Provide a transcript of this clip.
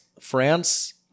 France –